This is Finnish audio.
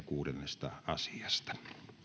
kuudennesta asiasta